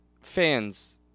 fans